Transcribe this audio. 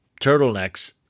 turtlenecks